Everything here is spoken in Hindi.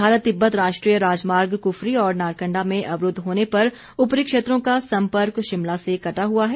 भारत तिब्बत राष्ट्रीय राजमार्ग क्फरी और नारकंडा में अवरूद्व होने पर उपरी क्षेत्रों का सम्पर्क शिमला से कटा हुआ है